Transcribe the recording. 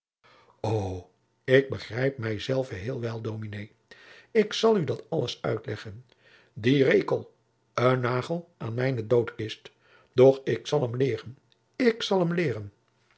ik begrijp mij zelven heelwel dominé ik zal u dat alles uitleggen die rekel een nagel aan mijne doodkist doch ik zal hem leeren ik zal hem leeren